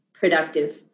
productive